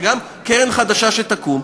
שגם קרן חדשה שתקום,